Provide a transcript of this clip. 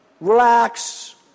Relax